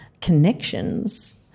connections